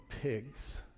pigs